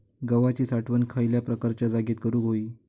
गव्हाची साठवण खयल्या प्रकारच्या जागेत करू होई?